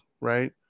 right